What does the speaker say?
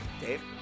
Dave